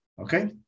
Okay